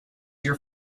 your